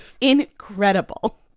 incredible